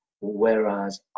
whereas